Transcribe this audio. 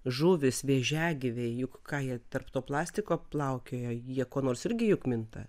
žuvys vėžiagyviai juk ką jie tarp to plastiko plaukioja jie kuo nors irgi juk minta